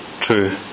true